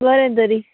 बोरें तरी